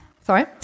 sorry